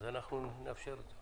אז אנחנו נאפשר את זה.